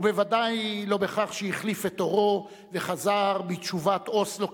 ובוודאי לא בכך שהחליף את עורו וחזר בתשובת אוסלו,